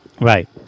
Right